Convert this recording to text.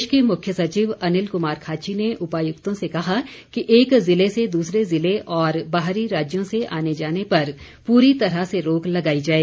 प्रदेश के मुख्य सचिव अनिल कुमार खाची ने उपायुक्तों से कहा कि एक जिले से दूसरे जिले और बाहरी राज्यों से आने जाने पर पूरी तरह से रोक लगाई जाए